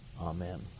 Amen